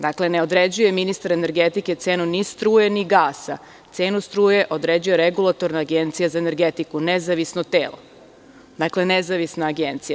Dakle, ne određuje ministar energetike cenu ni struje ni gasa, cenu struje određuje Regulatorna agencija za energetiku, nezavisno telo, nezavisna agencija.